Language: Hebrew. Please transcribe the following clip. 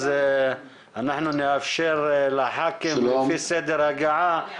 אז אנחנו נאפשר לחברי הכנסת לפי סדר ההגעה.